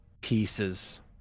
pieces